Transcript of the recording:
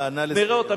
ונראה אותם,